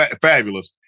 fabulous